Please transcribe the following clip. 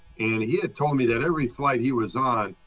and he had told me that every flight he was on,